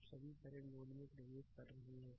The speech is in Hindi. तो सभी करंट नोड में प्रवेश कर रहे हैं